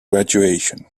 graduation